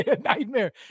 Nightmare